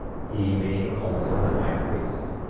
he being also the high priest,